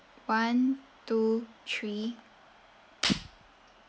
one two three